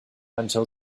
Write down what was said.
until